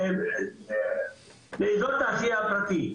לבין אזור תעשייה פרטי,